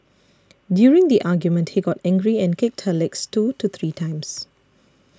during the argument he got angry and kicked her legs two to three times